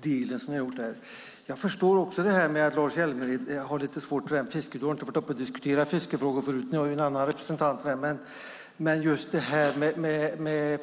del som ni har gjort. Jag förstår också att Lars Hjälmered har lite svårt med detta med fiske. Du har inte varit uppe och diskuterat fiskefrågor förut. Ni har en annan representant för det.